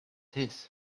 his